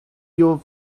your